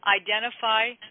identify